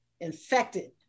infected